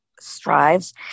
strives